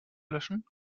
löschen